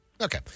Okay